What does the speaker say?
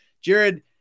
Jared